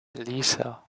elisa